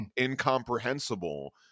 incomprehensible